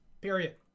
Period